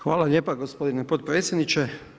Hvala lijepo gospodine potpredsjedniče.